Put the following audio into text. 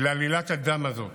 לעלילת הדם הזאת